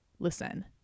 Listen